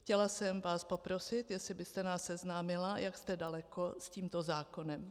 Chtěla jsem vás poprosit, jestli byste nás seznámila s tím, jak jste daleko s tímto zákonem.